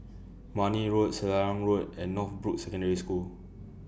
Marne Road Selarang Road and Northbrooks Secondary School